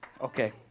Okay